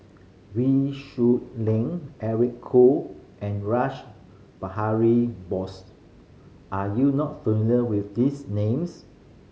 Wee Shoo Leong Eric Khoo and Rash Behari Bose are you not familiar with this names